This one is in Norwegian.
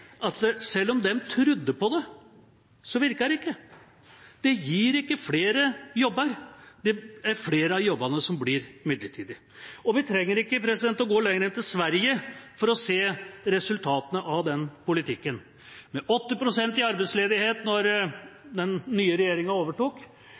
at selv om de trodde på det, virker det ikke. Det gir ikke flere jobber. Det er flere av jobbene som blir midlertidige. Vi trenger ikke å gå lenger enn til Sverige for å se resultatene av den politikken – med 80 pst. arbeidsledighet da den nye regjeringa overtok,